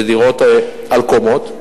בבנייה בקומות.